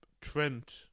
Trent